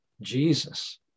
Jesus